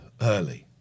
early